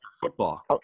football